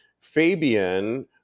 Fabian